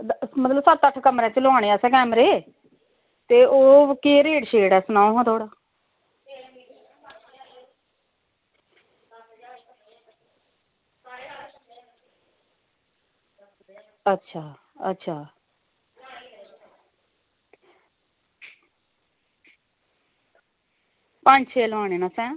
मतलव सत्त अट्ठ कमरैं च लोआनें असैं कैमरे ते ओह् केह् रेट शेट ऐ सनाओ हां थोह्ड़ा अच्छा अच्छा पंज छे लोआनें न असैं